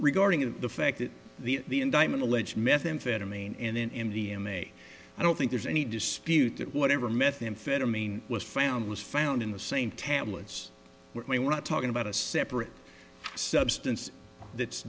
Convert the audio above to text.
regarding the fact that the indictment alleged methamphetamine in india may i don't think there's any dispute that whatever methamphetamine was found was found in the same tablets we're not talking about a separate substance that's